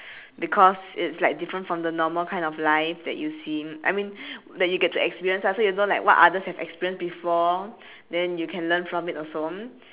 because it's like different from the normal kind of life that you seen I mean that you get to experience ah so you know like what others have experience before then you can learn from it also